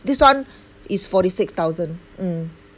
this one is forty six thousand mm